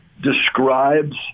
describes